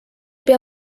pea